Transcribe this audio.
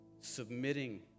submitting